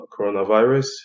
coronavirus